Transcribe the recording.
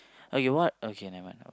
okay what okay never mind